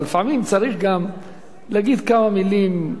אבל לפעמים צריך גם להגיד כמה מלים,